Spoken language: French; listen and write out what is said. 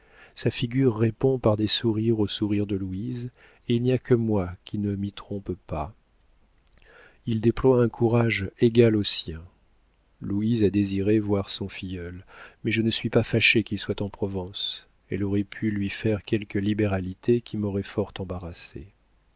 sa figure répond par des sourires aux sourires de louise et il n'y a que moi qui ne m'y trompe pas il déploie un courage égal au sien louise a désiré voir son filleul mais je ne suis pas fâchée qu'il soit en provence elle aurait pu lui faire quelques libéralités qui m'auraient fort embarrassée